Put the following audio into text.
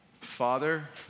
Father